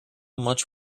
much